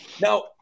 Now